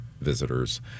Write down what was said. visitors